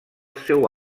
seu